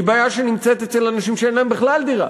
היא בעיה שנמצאת אצל אנשים שאין להם בכלל דירה,